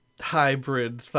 hybrid